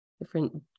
different